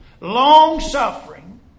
long-suffering